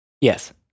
yes